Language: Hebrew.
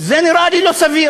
זה נראה לי לא סביר.